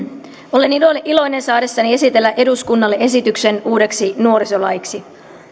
olen iloinen saadessani esitellä eduskunnalle esityksen uudeksi nuorisolaiksi